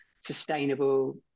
sustainable